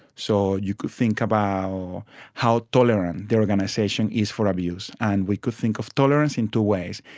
so you could think about how how tolerant the organisation is for abuse. and we could think of tolerance in two ways,